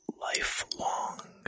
lifelong